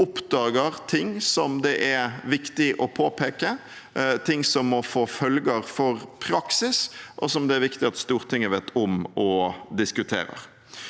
oppdager ting som det er viktig å påpeke, ting som må få følger for praksis, og som det er viktig at Stortinget vet om og diskuterer.